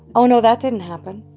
oh, no, that didn't happen.